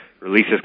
releases